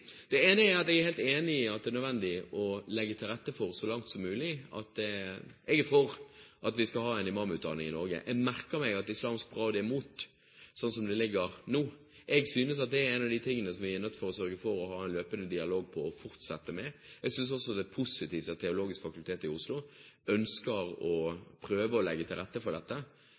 Det ene er at jeg er helt enig i at det er nødvendig å legge til rette for en imamutdanning i Norge. Jeg merker meg at Islamsk Råd er imot, sånn som det er nå. Jeg synes dette er noe vi må sørge for å ha en løpende dialog om. Jeg synes også det er positivt at Det teologiske fakultet i Oslo ønsker å legge til rette for dette.